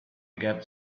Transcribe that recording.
get